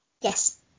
Yes